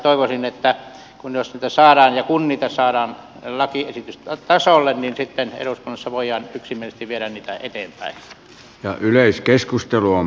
toivoisin että jos niitä saadaan ja kun niitä saadaan lakiesitystä tässä ole mietitty nero savo lakiesitystasolle niin sitten eduskunnassa voidaan yksimielisesti viedä niitä eteenpäin